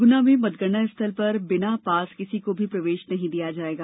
गुना में मतगणना स्थल पर बिना पास किसी को भी प्रवेश नहीं दिया जायेगा